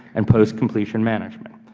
and post completion management.